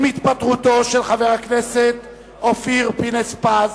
עם התפטרותו של חבר הכנסת אופיר פינס-פז,